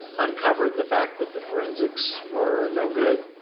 uncover the fact that the forensics were no good